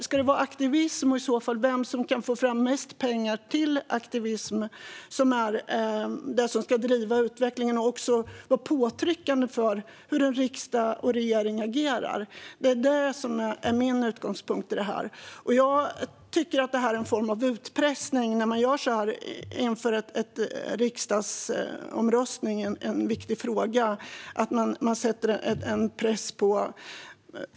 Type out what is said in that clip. Ska aktivism, och i så fall vem som kan få fram mest pengar till aktivism, vara det som ska driva utvecklingen och också vara påtryckande för hur en riksdag och regering agerar? Det här är min utgångspunkt i frågan. Jag tycker att det är en form av utpressning när man sätter press på ledamöter inför en riksdagsomröstning om en viktig fråga.